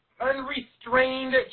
Unrestrained